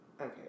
okay